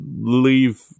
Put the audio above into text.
leave